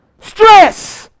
stress